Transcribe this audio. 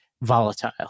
volatile